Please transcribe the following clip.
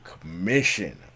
commission